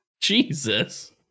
Jesus